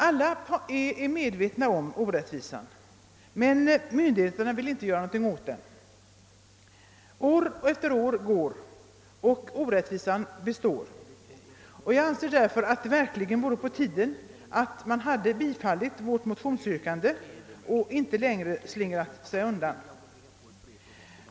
Alla är medvetna om orättvisan, men myndigheterna vill inte göra någonting åt saken. År efter år går och orättvisan består. Det är därför verkligen på tiden att man tillgodoser vårt motionsyrkande och inte längre slingrar sig undan.